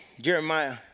Jeremiah